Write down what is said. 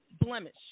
blemish